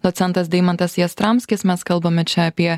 docentas deimantas jastramskis mes kalbame čia apie